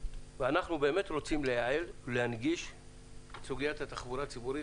ואנחנו באמת רוצים לייעל ולהנגיש את התחבורה הציבורית.